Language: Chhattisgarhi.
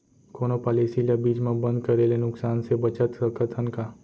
कोनो पॉलिसी ला बीच मा बंद करे ले नुकसान से बचत सकत हन का?